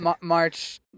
March